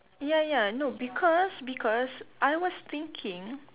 ya ya no because because I was thinking